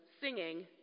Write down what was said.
singing